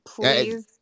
please